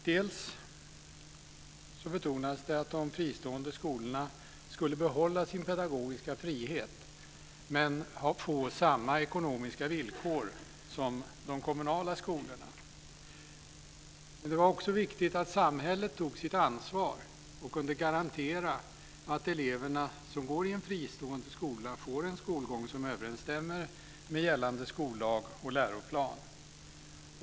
Det betonades att de fristående skolorna skulle behålla sin pedagogiska frihet men få samma ekonomiska villkor som de kommunala skolorna. Men det var också viktigt att samhället tog sitt ansvar och kunde garantera att de elever som går i en fristående skola får en skolgång som överensstämmer med gällande skollag och läroplan.